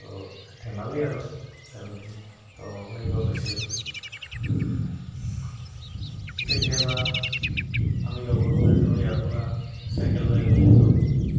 ত' ধেমালি আৰু ত তো এইবোৰ হৈছিল কেতিয়াবা আমি লগৰবোৰেতো ইয়াৰ পৰা চাইকেল লৈ গৈছিলোঁ